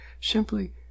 simply